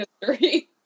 history